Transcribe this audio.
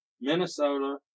Minnesota